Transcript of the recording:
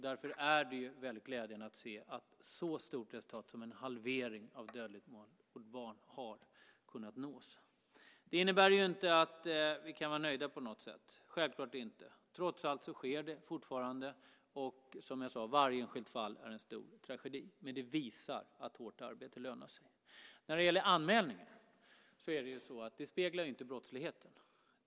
Därför är det glädjande att se att ett så stort resultat som en halvering av dödligt våld mot barn har kunnat nås. Det innebär självfallet inte att vi kan vara nöjda på något sätt. Trots allt sker det fortfarande, och varje enskilt fall är som sagt en stor tragedi. Men detta visar att vårt arbete lönar sig. Anmälningar speglar inte brottsligheten.